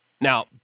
Now